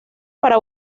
para